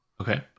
Okay